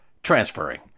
transferring